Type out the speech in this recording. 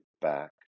back